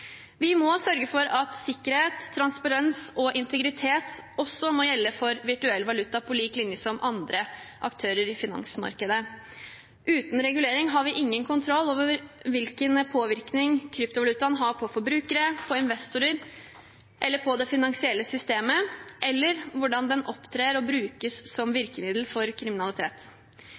Vi må sørge for at sikkerhet, transparens og integritet også må gjelde for virtuell valuta, på lik linje med andre aktører i finansmarkedet. Uten regulering har vi ingen kontroll over hvilken påvirkning kryptovalutaene har på forbrukere, investorer eller det finansielle systemet, eller hvordan det opptrer og brukes som virkemiddel for kriminalitet.